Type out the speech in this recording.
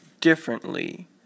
differently